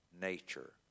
nature